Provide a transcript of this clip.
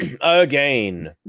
again